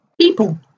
people